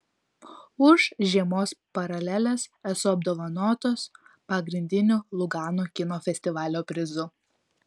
už žiemos paraleles esu apdovanotas pagrindiniu lugano kino festivalio prizu